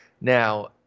Now